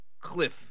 Cliff